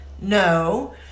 No